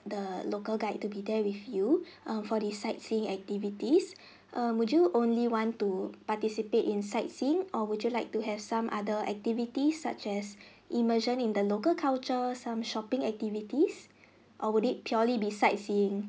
the local guide to be there with you um for the sightseeing activities err would you only want to participate in sightseeing or would you like to have some other activities such as immersion in the local culture some shopping activities or would it purely be sightseeing